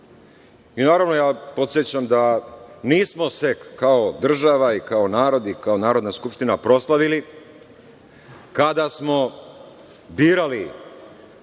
ja podsećam da nismo se kao država, kao narod i kao Narodna skupština proslavili kada smo birali